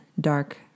dark